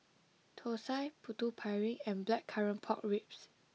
Thosai Putu Piring and Blackcurrant Pork Ribs